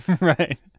Right